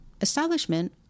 establishment